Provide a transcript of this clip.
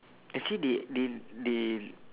actually they they they